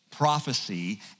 Prophecy